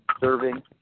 serving